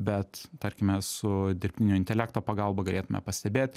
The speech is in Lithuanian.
bet tarkime su dirbtinio intelekto pagalba galėtume pastebėt